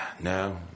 no